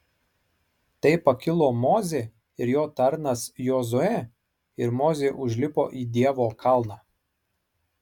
tai pakilo mozė ir jo tarnas jozuė ir mozė užlipo į dievo kalną